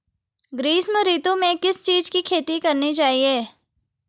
ग्रीष्म ऋतु में किस चीज़ की खेती करनी चाहिये?